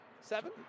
Seven